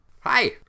hi